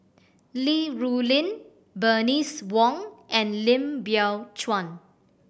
Li Rulin Bernice Wong and Lim Biow Chuan